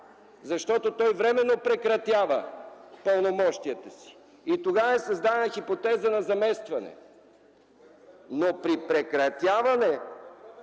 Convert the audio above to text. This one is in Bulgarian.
защото той временно прекратява пълномощията си и тогава е създадена хипотеза на заместване, но при прекратяване...